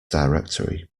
directory